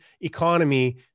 economy